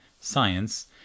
science